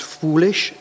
foolish